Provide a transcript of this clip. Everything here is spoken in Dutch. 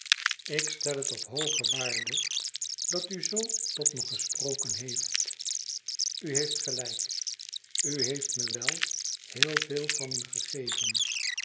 ik stel het op hooge waarde dat u zoo tot me gesproken heeft u heeft gelijk u heeft me wel heel veel van u gegeven